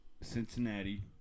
Cincinnati